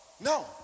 No